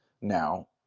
now